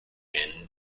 and